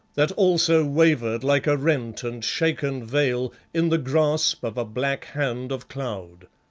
that also wavered like a rent and shaken veil in the grasp of a black hand of cloud.